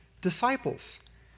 disciples